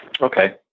Okay